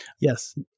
Yes